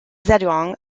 zedong